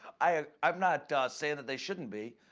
i'm not saying that they shouldn't be.